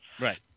Right